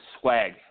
swag